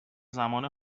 زمان